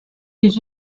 les